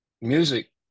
music